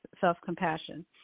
Self-Compassion